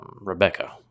Rebecca